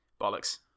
Bollocks